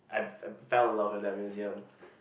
I I fell in love with that museum